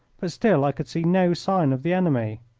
but still i could see no sign of the enemy.